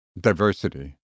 diversity